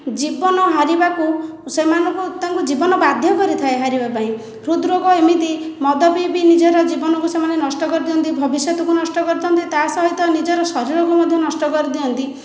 ଜୀବନ ହାରିବାକୁ ସେମାନଙ୍କୁ ତାଙ୍କୁ ବାଧ୍ୟ କରିଥାଏ ହାରିବା ପାଇଁ ହୃଦରୋଗ ଏମିତି ମଦ ପିଇ ପିଇ ନିଜର ଜୀବନକୁ ସେମାନେ ନଷ୍ଟ କରିଦିଅନ୍ତି ଭବିଷ୍ୟତକୁ ନଷ୍ଟ କରିଥାନ୍ତି ତା'ସହିତ ଶରୀରକୁ ମଧ୍ୟ ନଷ୍ଟ କରିଦିଅନ୍ତି